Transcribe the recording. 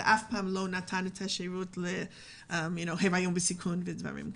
והיא אף פעם לא נתנה שירות של מעקב לגבי היריון בסיכון ודברים כאלו,